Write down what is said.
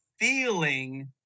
feeling